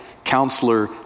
Counselor